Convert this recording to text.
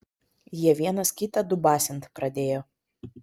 jie vienas kitą dubasint pradėjo